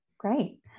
Great